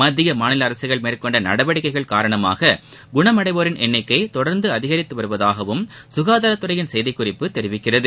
மத்திய மாநில அரசுகள் மேற்கொண்ட நடவடிக்கை காரணமாக குணமடைவோரின் எண்ணிக்கை தொடர்ந்து அதிகரித்து வருவதாகவும் சுகாதாரத் துறையின் செய்திக்குறிப்பு தெரிவிக்கிறது